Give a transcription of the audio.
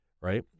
right